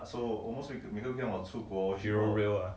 eurorail ah